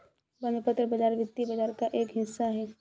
बंधपत्र बाज़ार वित्तीय बाज़ार का एक हिस्सा है